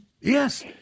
Yes